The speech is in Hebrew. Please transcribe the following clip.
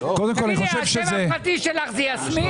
השם הפרטי שלך זה יסמין?